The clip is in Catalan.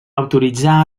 autoritzar